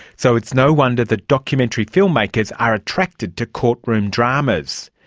so it's no wonder that documentary filmmakers are attracted to courtroom dramas.